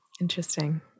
Interesting